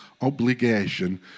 obligation